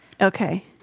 Okay